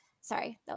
sorry